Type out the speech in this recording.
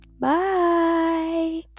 Bye